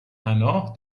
پناه